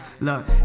Look